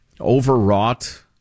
overwrought